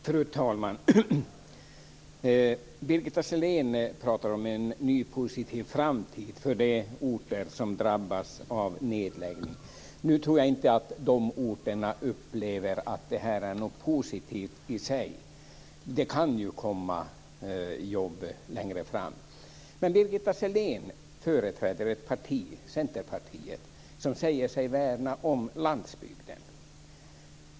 Fru talman! Birgitta Sellén talar om en ny positiv framtid för de orter som drabbas av nedläggningen. Jag tror inte att de orterna upplever att denna i sig är något positivt. Det kan komma jobb längre fram. Birgitta Sellén företräder ett parti, Centerpartiet, som säger sig värna om landsbygden.